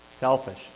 Selfish